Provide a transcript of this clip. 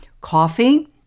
Coffee